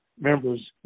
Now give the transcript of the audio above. members